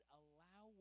allow